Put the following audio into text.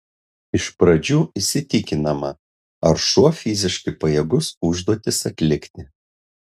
iš pradžių įsitikinama ar šuo fiziškai pajėgus užduotis atlikti